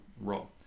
role